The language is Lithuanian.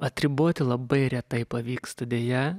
atriboti labai retai pavyksta deja